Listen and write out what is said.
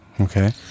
Okay